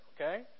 Okay